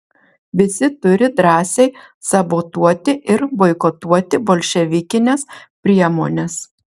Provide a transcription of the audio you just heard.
visi turi drąsiai sabotuoti ir boikotuoti bolševikines priemones